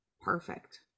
perfect